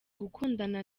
gukundana